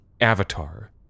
Avatar